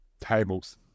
tables